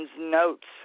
notes